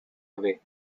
away